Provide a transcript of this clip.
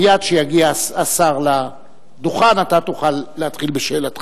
מייד כשיגיע השר לדוכן, אתה תוכל להתחיל בשאלתך.